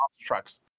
trucks